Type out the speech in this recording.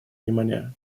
внимание